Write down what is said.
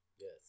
Yes